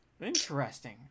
Interesting